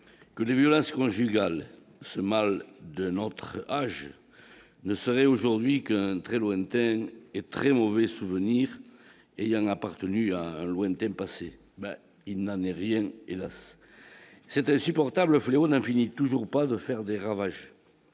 que les violences conjugales, ce mal, d'un autre âge ne serait aujourd'hui que très lointaine et très mauvais souvenir et il y a appartenu à un lointain passé, mais il n'en est rien, hélas c'est insupportable fléau d'toujours pas de faire des ravages